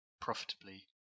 profitably